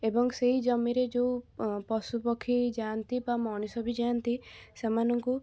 ଏବଂ ସେଇ ଜମିରେ ଯେଉଁ ପଶୁ ପକ୍ଷୀ ଯାଆନ୍ତି ବା ମଣିଷ ବି ଯାଆନ୍ତି ସେମାନଙ୍କୁ